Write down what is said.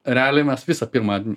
realiai mes visą pirmą